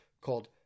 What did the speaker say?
called